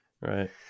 Right